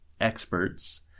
experts